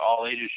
all-ages